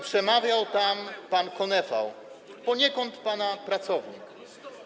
Przemawiał tam pan Konefał, poniekąd pana pracownik.